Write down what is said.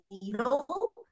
needle